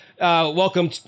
welcome